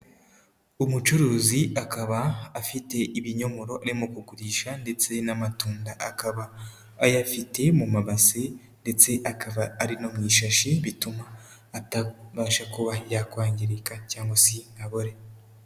Umucuruzi akaba afite ibinyomoro arimo kugurisha ndetse n'amatunda, akaba ayafite mu mabase ndetse akaba ari no mu ishashi bituma atabasha kuba yakwangirika cyangwa se ngo abore.